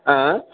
आए